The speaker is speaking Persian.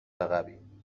عقبیم